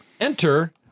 Enter